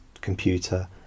computer